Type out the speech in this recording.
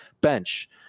Bench